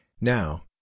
Now